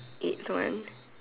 eighth one